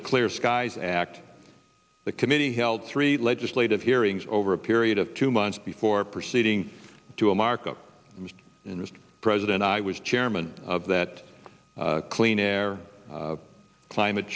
the clear skies act the committee held three legislative hearings over a period of two months before proceeding to a markup in this president i was chairman of that clean air climate